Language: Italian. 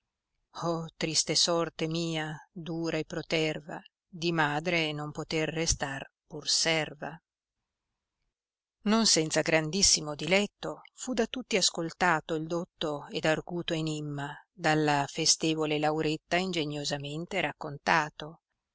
consiglio trista sorte mia dura e proterva di madre non poter restar pur serva non senza grandissimo diletto fu da tutti ascoltato il dotto ed arguto enimma dalla festevole lauretta ingeniosamente raccontato